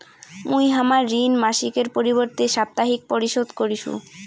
মুই হামার ঋণ মাসিকের পরিবর্তে সাপ্তাহিক পরিশোধ করিসু